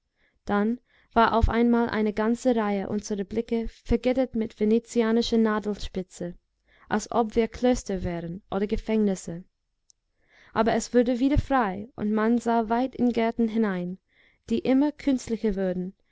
dann war auf einmal eine ganze reihe unserer blicke vergittert mit venezianischer nadelspitze als ob wir klöster wären oder gefängnisse aber es wurde wieder frei und man sah weit in gärten hinein die immer künstlicher wurden